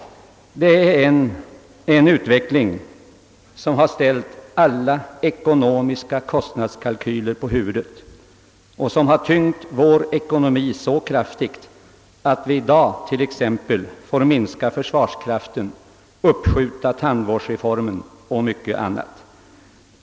Denna utveckling har ställt alla kostnadskalkyler på huvudet, och den har tyngt vår ekonomi så kraftigt, att vi i dag måste minska vår försvarskraft, uppskjuta tandvårdsreformen och mycket annat.